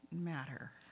matter